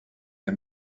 der